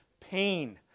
pain